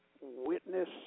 witness